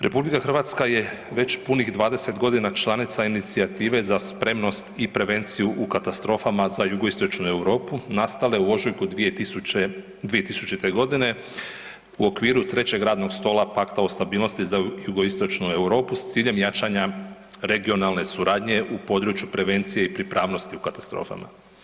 RH je već punih 20 godina članica inicijative za spremnost i prevenciju u katastrofama za Jugoistočnu Europu nastale u ožujku 2000. godine u okviru trećeg radnog stola Pakta za o stabilnosti za Jugoistočnu Europu s ciljem jačanja regionalne suradnje u području prevencije i pripravnosti u katastrofama.